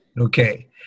Okay